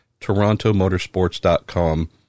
torontomotorsports.com